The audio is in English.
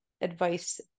advice